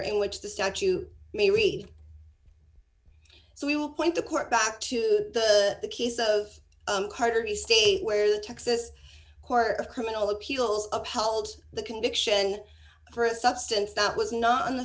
in which the statue may read so we will point the court back to the case of the state where the texas court of criminal appeals upheld the conviction for a substance that was not on the